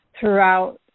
throughout